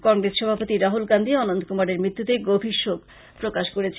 কংগ্রেস সভাপতি রাহুল গান্ধী অনন্ত কুমারের মৃত্যুতে গভীর শোক প্রকাশ করেছেন